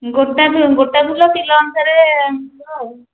ଗୋଟା ଗୋଟା ଫୁଲ କିଲୋ ଅନୁସାରେ ମଳିବ ଆଉ